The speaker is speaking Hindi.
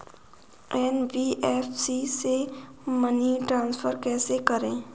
एन.बी.एफ.सी से मनी ट्रांसफर कैसे करें?